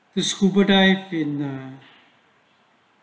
which scuba dive in